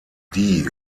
die